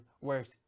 works